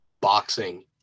boxing